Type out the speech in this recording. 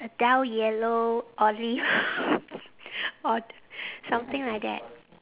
a dull yellow olive or something like that